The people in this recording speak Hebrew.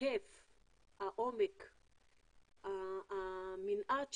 התש"ף-2020, הכנה לקריאה שנייה